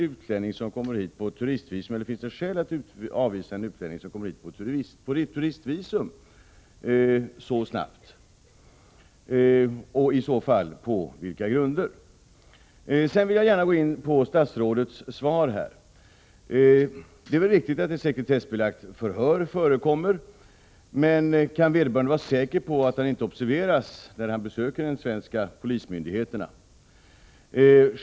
Finns det skäl att så snabbt avvisa en utlänning som kommer hit på turistvisum, och i så fall på vilka grunder? Därefter vill jag gärna gå in på statsrådets svar. Det är väl riktigt att ett sekretessbelagt förhör förekommer, men kan vederbörande vara säker på att han inte observeras när han besöker de svenska polismyndigheterna?